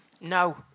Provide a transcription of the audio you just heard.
No